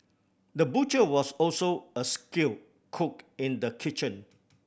the butcher was also a skill cook in the kitchen